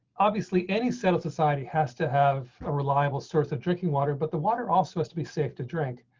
obviously, any settled society has to have a reliable source of drinking water, but the water also has to be sick to drink.